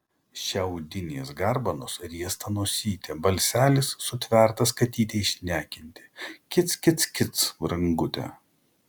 šiaudinės garbanos riesta nosytė balselis sutvertas katytei šnekinti kic kic kic brangute